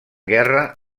guerra